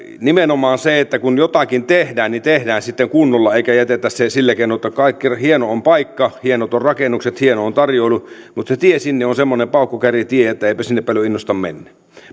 nimenomaan kun jotakin tehdään tehdään sitten kunnolla eikä jätetä sitä sillä keinoin että hieno on paikka hienot ovat rakennukset hieno on tarjoilu mutta se tie sinne on semmoinen paukkukärritie että eipä sinne paljon innosta mennä